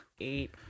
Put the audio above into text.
Eight